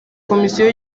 komisiyo